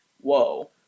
whoa